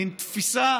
מין תפיסה